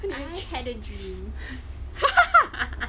and I had a dream